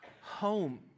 home